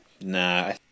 Nah